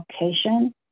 location